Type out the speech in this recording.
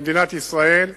במדינת ישראל,